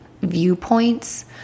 viewpoints